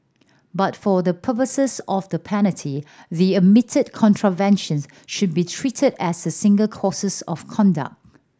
but for the purposes of the penalty the admitted contraventions should be treated as single courses of conduct